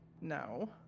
no